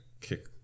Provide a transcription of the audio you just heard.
kick